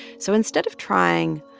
so instead of trying,